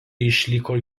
išliko